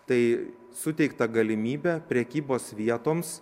tai suteiktą galimybę prekybos vietoms